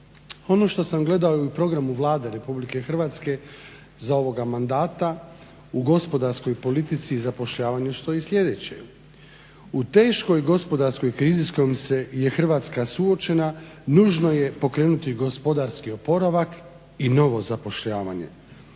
Ono što sam gledao i u programu Vlade RH za ovoga mandata u gospodarskoj politici i zapošljavanju stoji sljedeće: "U teškoj gospodarskoj krizi s kojom je Hrvatska suočena nužno je pokrenuti gospodarski oporavak i novo zapošljavanje.